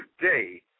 today